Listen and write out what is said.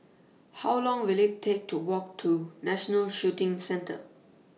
How Long Will IT Take to Walk to National Shooting Centre